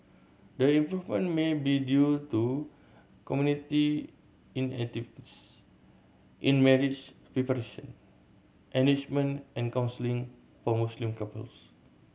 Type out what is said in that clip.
the improvement may be due to community in marriage preparation enrichment and counselling for Muslim couples